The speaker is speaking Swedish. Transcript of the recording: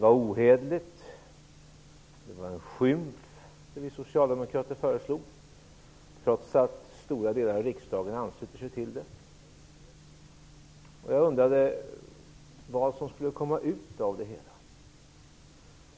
Hon sade att det som vi socialdemokrater föreslog var ohederligt och det var en skymf, trots att stora delar av riksdagen ansluter sig till det. Jag undrade också vad som skulle komma ut av det hela.